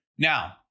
Now